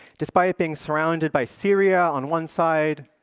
despite being surrounded by syria on one side,